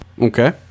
Okay